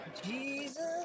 Jesus